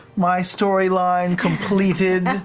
my storyline completed,